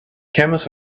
camels